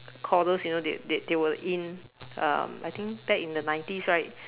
recorders you know they they they were in um I think back in the nineties right